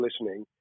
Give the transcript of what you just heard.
listening